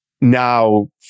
now